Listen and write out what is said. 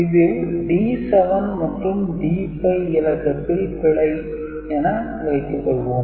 இதில் D7 மற்றும் D5 இலக்கத்தில் பிழை என வைத்துக் கொள்வோம்